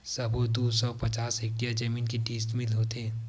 सबो दू सौ पचास हेक्टेयर जमीन के डिसमिल होथे?